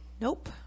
Nope